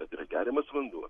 bet yra geriamas vanduo